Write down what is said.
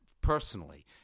personally